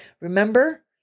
Remember